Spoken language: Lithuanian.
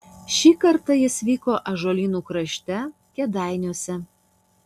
šį kartą jis vyko ąžuolynų krašte kėdainiuose